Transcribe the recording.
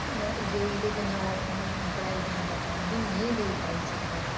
ते इदे कन्नै ओह् अपनी पढ़ाई गी मता टाइम बी नेईं देई पाई सकदे